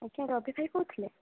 ଆଜ୍ଞା ରବି ଭାଇ କହୁଥିଲେ